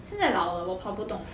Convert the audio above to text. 现在老了我跑不动